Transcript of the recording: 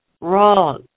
wrong